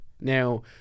Now